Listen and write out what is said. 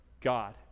God